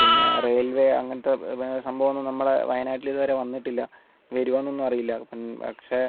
പിന്നെ റെയിൽവേ അങ്ങനത്തെ സംഭവം ഒന്നും നമ്മുടെ വയനാട്ടിൽ ഇതുവരെ വന്നട്ടില്ല ഇനി വരുമോന്നൊന്നും അറിയില്ല പക്ഷേ